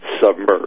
submerge